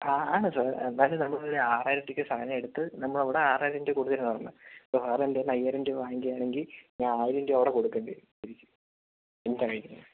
സാ എന്നാലും നമുക്കൊരു ആറായിരം രൂപക്ക് സാധനം എടുത്ത് നമ്മളവിടെ ആറായിരം രൂപ കൊടുത്തിട്ടാണ് വന്നത് ഇപ്പോൾ സർ എൻ്റെ കയ്യിന്ന് അയ്യായിരം രൂപ വാങ്ങിക്കയാണെങ്കിൽ ഞാൻ ആയിരം രൂപ അവിടെ കൊടുക്കേണ്ടി വരും തിരിച്ചു